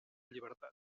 llibertat